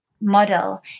model